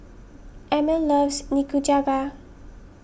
Emil loves Nikujaga